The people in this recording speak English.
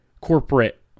corporate